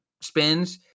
spins